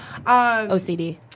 OCD